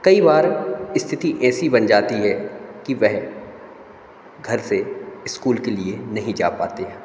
कई वार स्थिति ऐसी बन जाती है कि वह घर से इस्कूल के लिए नहीं जा पाते हैं